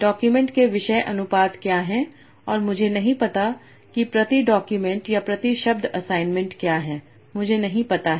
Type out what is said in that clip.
document के विषय अनुपात क्या हैं और मुझे नहीं पता कि प्रति डॉक्यूमेंट या प्रति शब्द असाइनमेंट क्या है मुझे नहीं पता है